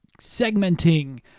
segmenting